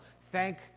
Thank